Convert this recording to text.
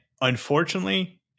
unfortunately